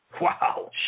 Wow